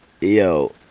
Yo